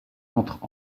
entre